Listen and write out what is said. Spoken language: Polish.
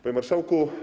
Panie Marszałku!